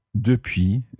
depuis